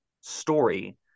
story